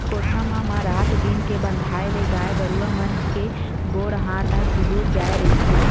कोठा म म रात दिन के बंधाए ले गाय गरुवा मन के गोड़ हात ह चूगूर जाय रहिथे